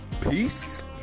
peace